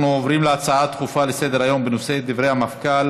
נעבור להצעה לסדר-היום בנושא: דברי המפכ"ל